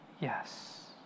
Yes